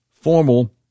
formal